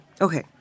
okay